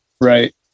right